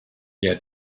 der